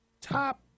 top